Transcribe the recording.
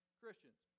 christians